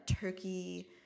turkey